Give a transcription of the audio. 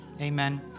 amen